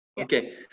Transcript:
Okay